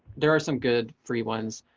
there are some good free ones.